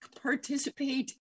participate